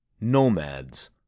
nomads